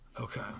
Okay